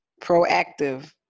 proactive